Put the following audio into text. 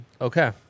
okay